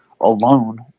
alone